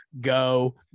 go